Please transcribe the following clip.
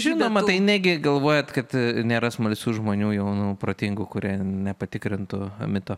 žinoma tai negi galvojat kad nėra smalsių žmonių jaunų protingų kurie nepatikrintų mito